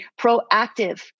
proactive